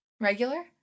Regular